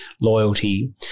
loyalty